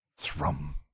THRUM